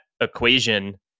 equation